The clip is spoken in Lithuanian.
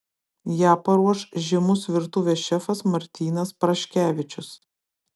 ją paruoš žymus virtuvės šefas martynas praškevičius